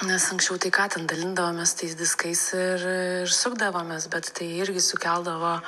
nes anksčiau tai ką ten dalindavomės tais diskais ir sukdavomės bet tai irgi sukeldavo